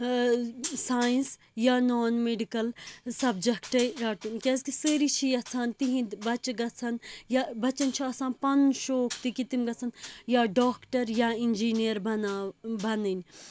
science یا non medical سَبجَکٹٕے رٹُن کیٛازِ کہِ سأرِی چھِ یَِژھان تِہٕنٛدۍ بَچہِ گَژَھَن یا بَچَن چھُ آسان پَنُن شوق کہِ تہِ تِم گَژھَن یا ڈاکٹَر یا اِنجیٖنِیَر بَنا بنٕںۍ